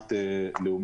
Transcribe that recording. שלו.